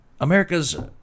America's